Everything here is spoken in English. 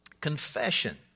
confession